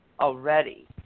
already